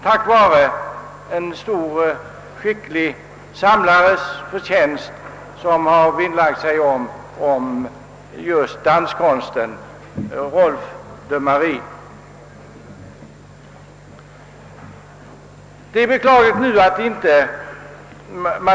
Tack vare en stor skicklig samlare, som vinnlade sig om just danskonsten — Rolf de Maré — har vi alltså en sådan samling också i Stockholm.